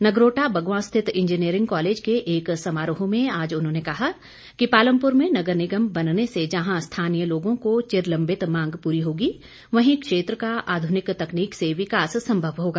नगरोटा बगंवा स्थित engineering college के एक समारोह में आज उन्होंने कहा कि पालमपुर मे नगर निगम बनने से जहां स्थानीय लोगों की चिरलंबित मांग पूरी होगी वहीं क्षेत्र का आधुनिक तकनीक से विकास संभव होगा